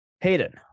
Hayden